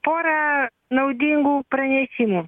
pora naudingų pranešimų